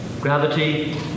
gravity